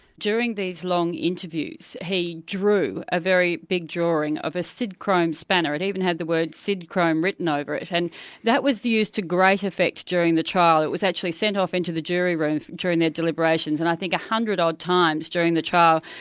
during these long interviews, he drew a very big drawing of a sidchrome spanner, it even had the word sidchrome written over it, and that was used to great effect during the trial. it was actually sent off into the jury room during their deliberations, and i think one hundred odd times during the trial,